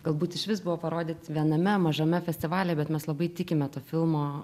galbūt išvis buvo parodyti viename mažame festivalyje bet mes labai tikime to filmo